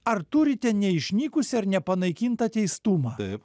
ar turite neišnykusį ar nepanaikintą teistumą